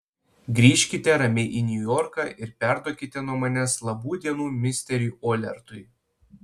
grįžkite ramiai į niujorką ir perduokite nuo manęs labų dienų misteriui olertui